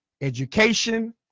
education